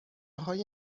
های